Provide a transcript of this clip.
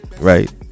right